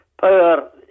Power